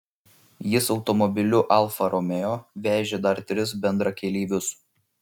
jis automobiliu alfa romeo vežė dar tris bendrakeleivius